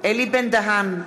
אלי בן-דהן,